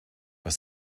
was